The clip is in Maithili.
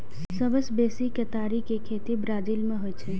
सबसं बेसी केतारी के खेती ब्राजील मे होइ छै